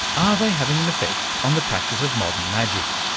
are they having an effect on the practice of modern magic?